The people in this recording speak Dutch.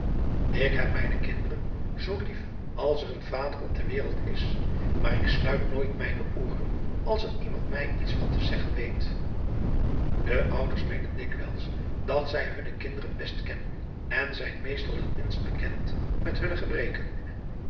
ik heb mijne kinderen zoo lief als er een vader op de wereld is maar ik sluit nooit mijne ooren als er iemand mij iets van te zeggen weet de ouders meenen dikwijls dat zij hunne kinderen best kennen en zijn meestal het minst bekend met hunne gebreken